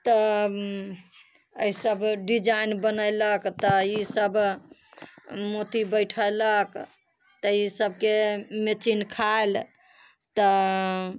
तऽ अइ सब डिजाइन बनैलक तब ई सब मोती बैठैलक तऽ ई सबके मेचिंग खाइल तऽ